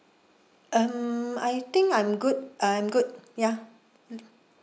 um I think I'm good I'm good ya